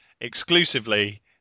exclusively